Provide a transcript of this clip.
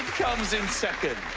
comes in second.